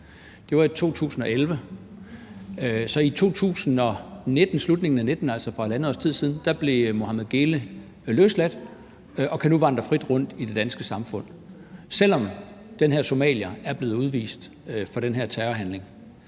Det var i 2011. I slutningen af 2019, altså for halvandet års tid siden, blev Mohammed Geele løsladt og kan nu vandre frit rundt i det danske samfund, selv om den her somalier er blevet udvist på grund af den her terrorhandling.